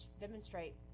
demonstrate